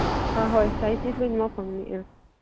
ꯑꯥ ꯍꯣꯏ ꯁꯥꯏꯖꯇꯤ ꯂꯣꯏꯅꯃꯛ ꯐꯪꯅꯤ ꯑꯥ